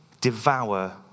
devour